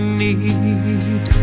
need